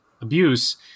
abuse